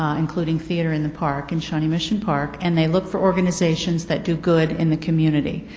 ah including theatre in the park in shawnee mission, park, and they look for organizations that do good in the community.